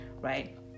right